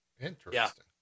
interesting